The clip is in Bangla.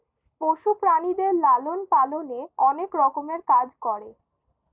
পশু প্রাণীদের লালন পালনে অনেক রকমের কাজ করে